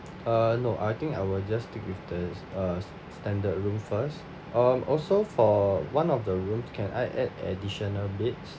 uh no I think I will just stick with the uh standard room first um also for one of the rooms can I add additional beds